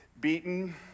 beaten